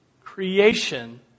Creation